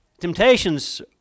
Temptations